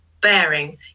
bearing